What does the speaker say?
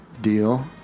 deal